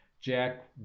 jack